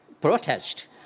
protest